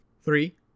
three